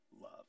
love